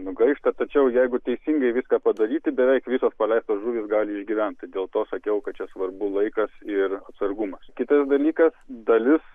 nugaišta tačiau jeigu teisingai viską padaryti beveik visos paleistos žuvys gali išgyvent dėl to sakiau kad čia svarbu laikas ir atsargumas kitas dalykas dalis